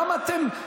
למה אתם,